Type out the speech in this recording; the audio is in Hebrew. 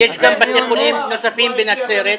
יש בתי חולים נוספים בנצרת.